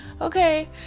Okay